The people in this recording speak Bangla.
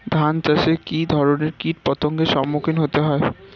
ধান চাষে কী ধরনের কীট পতঙ্গের সম্মুখীন হতে হয়?